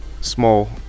small